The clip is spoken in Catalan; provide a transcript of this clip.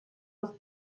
els